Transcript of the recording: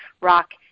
rock